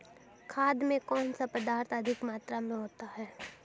खाद में कौन सा पदार्थ अधिक मात्रा में होता है?